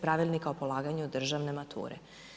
Pravilnika o polaganju državne mature.